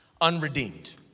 unredeemed